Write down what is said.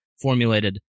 formulated